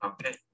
Okay